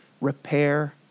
repair